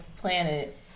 planet